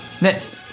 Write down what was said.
Next